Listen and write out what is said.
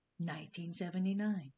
1979